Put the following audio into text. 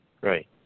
Right